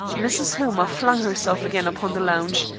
mrs. hillmer flung herself again upon the lounge,